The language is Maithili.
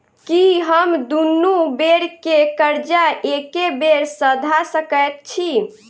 की हम दुनू बेर केँ कर्जा एके बेर सधा सकैत छी?